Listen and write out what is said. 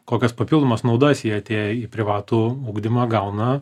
kokias papildomas naudas jie atėję į privatų ugdymą gauna